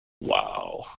Wow